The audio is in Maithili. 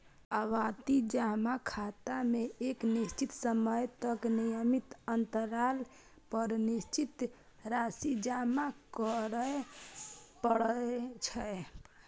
आवर्ती जमा खाता मे एक निश्चित समय तक नियमित अंतराल पर निश्चित राशि जमा करय पड़ै छै